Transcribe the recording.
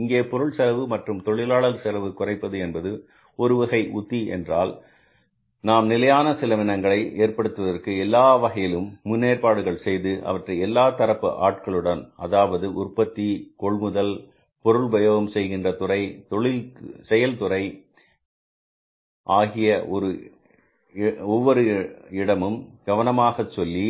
இங்கே பொருள் செலவு மற்றும் தொழிலாளர் செலவு குறைப்பது என்பது ஒரு வகை உத்தி என்றால் நாம் நிலையான செலவினங்கள் ஏற்படுவதற்கு எல்லா வகையிலும் முன்னேற்பாடுகள் செய்து அவற்றை எல்லா தரப்பு ஆட்களுடன் அதாவது உற்பத்தி கொள்முதல் பொருள் உபயோகம் செய்கின்ற துறை செயல்முறை துறை ஆகிய ஒரு இடமும் கவனமாக சொல்லி